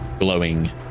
glowing